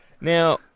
Now